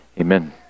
Amen